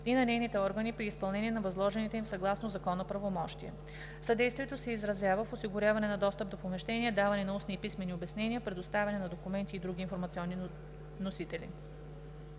и на нейните органи при изпълнение на възложените им съгласно закона правомощия. Съдействието се изразява в осигуряване на достъп до помещения, даване на устни и писмени обяснения, предоставяне на документи и други информационни носители.